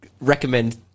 Recommend